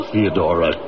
Theodora